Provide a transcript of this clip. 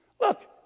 Look